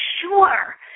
sure